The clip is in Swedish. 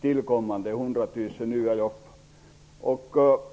tillkomna 100 000 nya jobben.